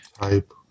Type